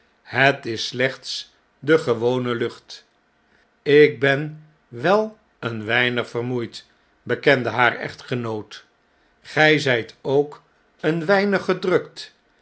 het is slechts de gewone lucht ik ben wel een weinig vermoeid bekende haar echtgenoot gjj zjjt ook een weinig gedrukt